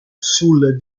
sul